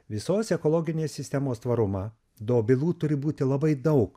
visos ekologinės sistemos tvarumą dobilų turi būti labai daug